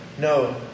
No